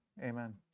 Amen